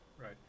Right